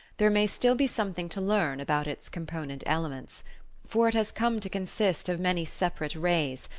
there may still be something to learn about its component elements for it has come to consist of many separate rays,